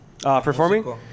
Performing